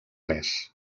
res